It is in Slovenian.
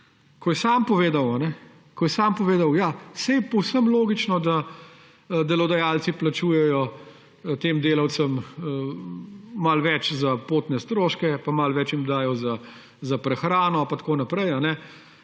ko je sam povedal, ja, saj je povsem logično, da delodajalci plačujejo tem delavcem malo več za potne stroške, pa malo več jim dajo za prehrano in tako naprej.